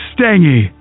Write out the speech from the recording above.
Stangy